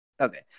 Okay